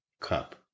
cup